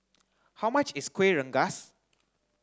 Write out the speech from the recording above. how much is Kueh Rengas